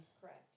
correct